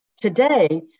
Today